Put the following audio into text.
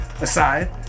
aside